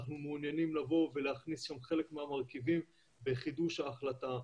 אנחנו מעוניינים להכניס שם חלק מהמרכיבים בחידוש ההחלטה,